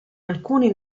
alcuni